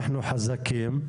אנחנו חזקים.